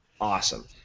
awesome